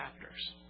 chapters